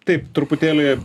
taip truputėlį